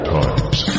times